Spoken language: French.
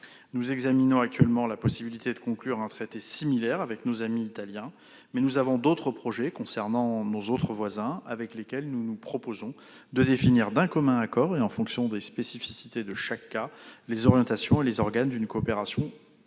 Nous examinons actuellement la possibilité de conclure un traité similaire avec nos amis italiens, mais nous avons d'autres projets concernant nos autres voisins, avec lesquels nous nous proposons de définir d'un commun accord, et en fonction des spécificités de chaque cas, les orientations et les organes d'une coopération frontalière